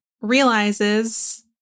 realizes-